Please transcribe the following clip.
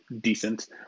decent